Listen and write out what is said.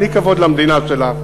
תני כבוד למדינה שלך.